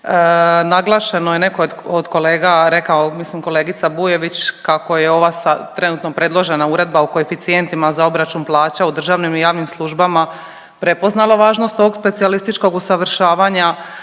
Naglašeno je, neko je od kolega rekao, mislim kolegica Bujević kako je ova trenutno predložena Uredba o koeficijentima za obračun plaća u državnim i javnim službama prepoznala važnost ovog specijalističkog usavršavanja,